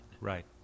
right